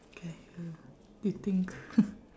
okay uh you think